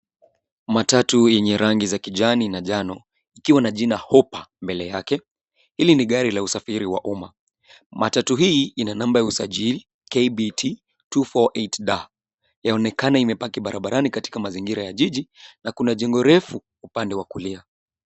Matatu yenye rangi za kijani na njano, ikiwa na jina [Hope], mbele yake. Hili ni gari la usafiri wa umma. Matatu hii ina namba la usajili KBT 248D. Yaonekana imepaki barabarani katika mazingira ya jiji, na kuna jengo refu, upande wa kulia.